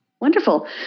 Wonderful